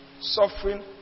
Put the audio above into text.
Suffering